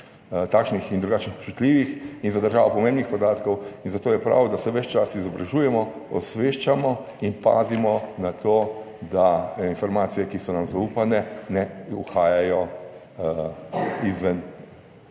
takšnih in drugačnih občutljivih in za državo pomembnih podatkov, in zato je prav, da se ves čas izobražujemo, osveščamo in pazimo na to, da informacije, ki so nam zaupane, ne uhajajo izven